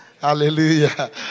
Hallelujah